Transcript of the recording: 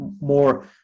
more